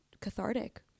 cathartic